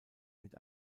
mit